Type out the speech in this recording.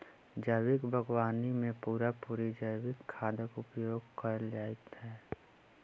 जैविक बागवानी मे पूरा पूरी जैविक खादक उपयोग कएल जाइत छै